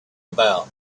about